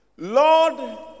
Lord